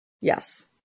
Yes